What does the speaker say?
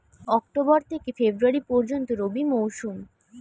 October থেকে February পর্যন্ত রবি মৌসুম